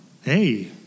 Hey